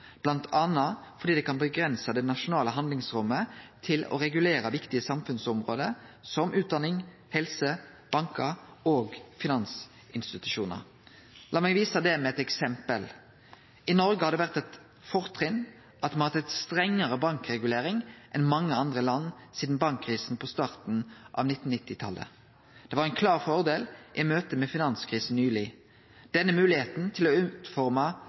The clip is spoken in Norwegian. fordi det kan avgrense det nasjonale handlingsrommet til å regulere viktige samfunnsområde som utdanning, helse, bankar og finansinstitusjonar. Lat meg vise det med eit eksempel: I Noreg har det vore eit fortrinn at me har hatt ei strengare bankregulering enn mange andre land sidan bankkrisa på starten av 1990-talet. Det var ein klar fordel i møte med finanskrisa nyleg. Denne moglegheita til å